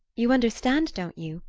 you understand, don't you,